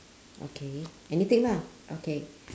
okay anything lah okay